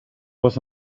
was